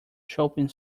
shopping